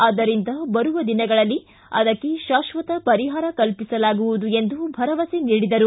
ಆದ್ದರಿಂದ ಬರುವ ದಿನಗಳಲ್ಲಿ ಅದಕ್ಕೆ ಶಾಶ್ವತ ಪರಿಹಾರ ಕಲ್ಪಿಸಲಾಗುವುದು ಎಂದು ಭರವಸೆ ನೀಡಿದರು